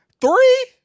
Three